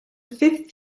fifth